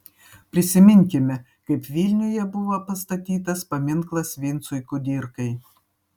prisiminkime kaip vilniuje buvo pastatytas paminklas vincui kudirkai